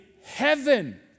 heaven